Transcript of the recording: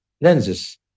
lenses